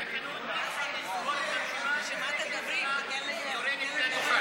לפי התקנון צריך לסגור את הרשימה לפני שהשרה יורדת מהדוכן.